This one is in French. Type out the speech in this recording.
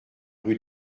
rue